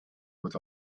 with